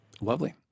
Lovely